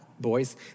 Boys